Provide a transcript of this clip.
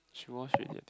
she wash already I think